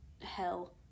hell